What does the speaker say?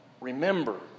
remember